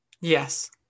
Yes